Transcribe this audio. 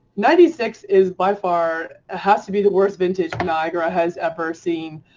ninety six is by far ah has to be the worst vintage niagara has ever seen.